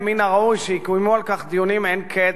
ומן הראוי שיקוימו על כך דיונים אין קץ,